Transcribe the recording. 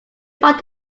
bought